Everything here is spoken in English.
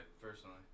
personally